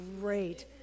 great